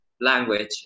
language